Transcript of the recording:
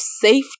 safety